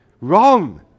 Wrong